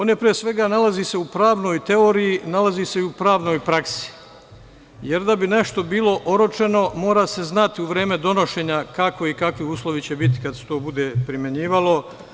Pre svega, on se nalazi u pravnoj teoriji, nalazi se i u pravnoj praksi, jer da bi nešto bilo oročeno mora se znati u vreme donošenja kako i kakvi uslovi će biti kada se to bude primenjivalo.